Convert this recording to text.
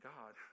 God